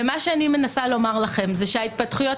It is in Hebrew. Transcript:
ומה שאני מנסה לומר לכם שההתפתחויות